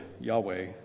Yahweh